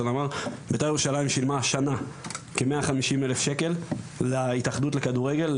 בית"ר ירושלים שילמה השנה כמאה חמישים אלף שקל להתאחדות לכדורגל,